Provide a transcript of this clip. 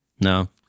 No